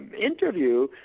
interview